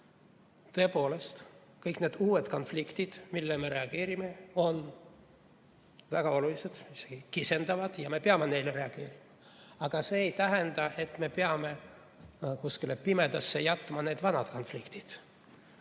Tõepoolest, kõik need uued konfliktid, millele me reageerime, on väga olulised, kisendavad, ja me peame neile reageerima. Aga see ei tähenda, et me peame need vanad konfliktid